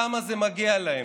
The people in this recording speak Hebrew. למה זה מגיע להם?